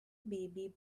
baby